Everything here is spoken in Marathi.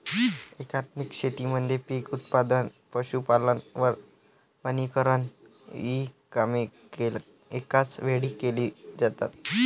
एकात्मिक शेतीमध्ये पीक उत्पादन, पशुपालन, वनीकरण इ कामे एकाच वेळी केली जातात